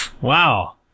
wow